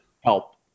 help